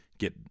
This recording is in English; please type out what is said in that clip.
get